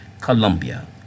Colombia